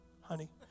Honey